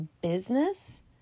business